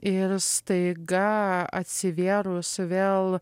ir staiga atsivėrus vėl